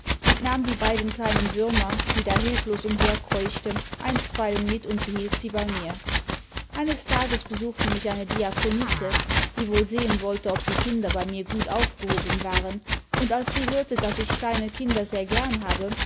und nahm die beiden kleinen würmer die da hilflos umherkreuchten einstweilen mit und behielt sie bei mir eines tages besuchte mich eine diakonisse die wohl sehen wollte ob die kinder bei nur gut aufgehoben waren und als sie hörte daß ich kleine kinder sehr gern habe